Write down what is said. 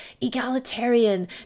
egalitarian